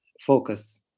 focus